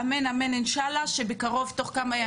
אמן אמן, אינשאללה, שבקרוב, בתוך כמה ימים נעשה.